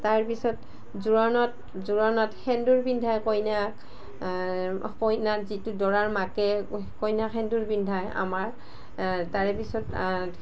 তাৰপিছত জোৰোনত জোৰোনত সেন্দুৰ পিন্ধাই কইনাক কইনাক যিটো দৰাৰ মাকে কইনাক সেন্দুৰ পিন্ধাই আমাৰ তাৰেপিছত